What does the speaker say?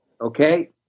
Okay